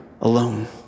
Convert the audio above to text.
alone